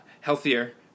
healthier